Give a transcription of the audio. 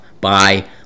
bye